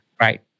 right